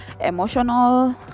emotional